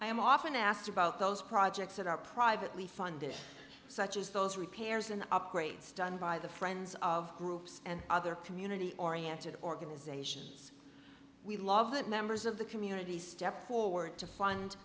am often asked about those projects that are privately funded such as those repairs and upgrades done by the friends of groups and other community oriented organizations we love that members of the community stepped forward to fund